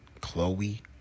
Chloe